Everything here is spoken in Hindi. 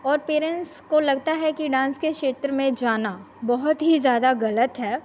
और पेरेन्ट्स को लगता है कि डान्स के क्षेत्र में जाना बहुत ही ज़्यादा गलत है